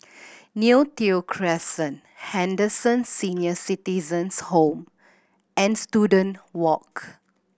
Neo Tiew Crescent Henderson Senior Citizens' Home and Student Walk